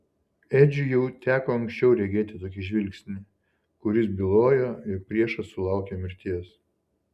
edžiui jau teko anksčiau regėti tokį žvilgsnį kuris bylojo jog priešas sulaukė mirties